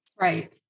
Right